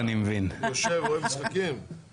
אני צריך לשכנע אותו למה צריך לתמוך רביזיה.